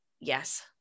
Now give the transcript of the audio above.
yes